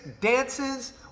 dances